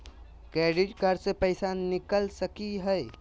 Credit card से पैसा निकल सकी हय?